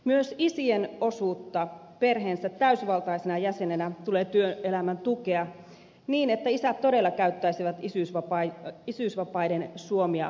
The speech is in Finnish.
myös isien osuutta perheensä täysivaltaisena jäsenenä tulee työelämän tukea niin että isät todella käyttäisivät isyysvapaiden suomia mahdollisuuksia